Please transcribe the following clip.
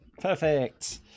Perfect